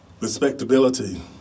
respectability